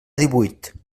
divuit